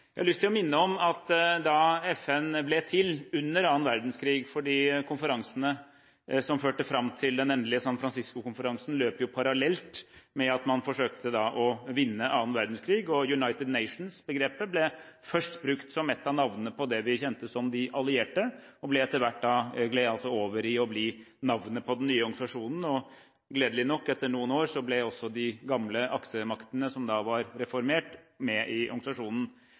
Jeg har lyst til å minne om da FN ble til, under annen verdenskrig. Konferansene som førte fram til den endelige San Francisco-konferansen, løp parallelt med at man forsøkte å vinne annen verdenskrig. United Nations-begrepet ble først brukt som et av navnene på det vi kjente som de allierte, og som etter hvert gled over i å bli navnet på den nye organisasjonen. Gledelig nok ble også etter noen år de gamle aksemaktene, som da var reformert, med i organisasjonen.